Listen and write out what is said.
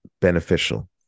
beneficial